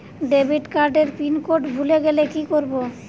Debit card এর pin code ভুলে গেলে কি করব?